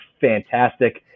fantastic